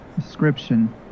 Description